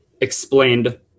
explained